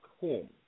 home